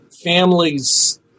Families